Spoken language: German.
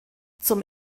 zum